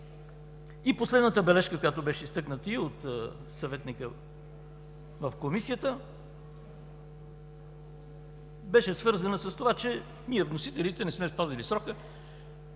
И последната бележка, която беше изтъкната и от съветника в Комисията, беше свързана с това, че ние, вносителите, не сме спазили срока.